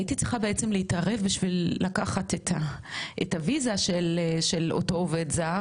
הייתי צריכה בעצם להתערב בשביל לקחת את הוויזה של אותו עובד זר,